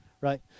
right